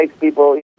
people